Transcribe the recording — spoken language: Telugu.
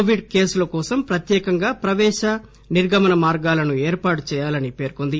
కోవిడ్ కేసుల కోసం ప్రత్యేకంగా ప్రవేశ నిర్గమన మార్గాలను ఏర్పాటు చేయాలని పేర్కొంది